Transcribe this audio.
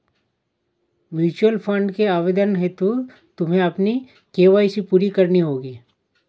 mutual fund के आवेदन हेतु तुम्हें अपनी के.वाई.सी पूरी करनी होगी